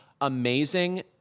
amazing